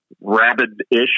rabid-ish